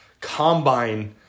combine